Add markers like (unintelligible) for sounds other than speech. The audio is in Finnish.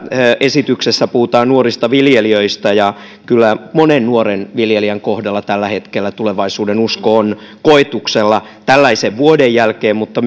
esityksessä puhutaan nuorista viljelijöistä ja kyllä monen nuoren viljelijän kohdalla tällä hetkellä tulevaisuudenusko on koetuksella tällaisen vuoden jälkeen mutta (unintelligible)